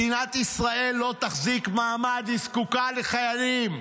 מדינת ישראל לא תחזיק מעמד, היא זקוקה לחיילים.